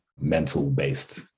mental-based